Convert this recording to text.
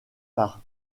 par